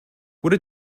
would